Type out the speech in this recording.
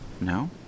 No